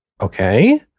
Okay